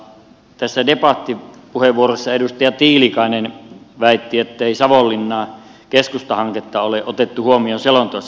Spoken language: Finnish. debattipuheenvuorossa edustaja tiilikainen väitti ettei savonlinnan keskusta hanketta ole otettu huomioon selonteossa